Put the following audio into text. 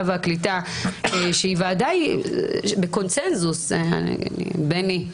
והקליטה שהיא וועדה בקונצנזוס -- בני,